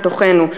בתוכנו,